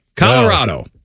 Colorado